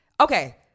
Okay